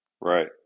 Right